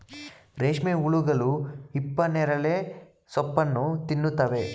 ರೇಷ್ಮೆ ಹುಳುಗಳು ಹಿಪ್ಪನೇರಳೆ ಸೋಪ್ಪನ್ನು ತಿನ್ನುತ್ತವೆ